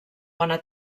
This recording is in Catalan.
bona